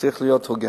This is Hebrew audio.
צריך להיות הוגן.